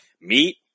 meat